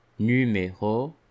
numéro